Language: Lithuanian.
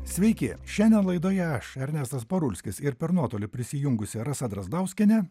sveiki šiandien laidoje aš ernestas parulskis ir per nuotolį prisijungusi rasa drazdauskienė